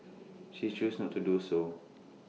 she chose not to do so